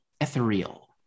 ethereal